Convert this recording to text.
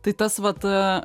tai tas vat